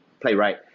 playwright